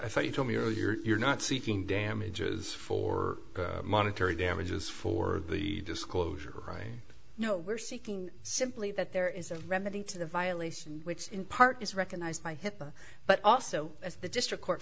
i thought you told me earlier you're not seeking damages for monetary damages for the disclosure right you know we're seeking simply that there is a remedy to the violation which in part is recognized by hipaa but also as the district court